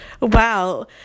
wow